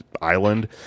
island